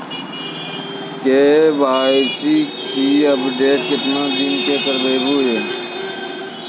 KYC update केतना दिन मे करेबे यो?